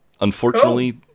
Unfortunately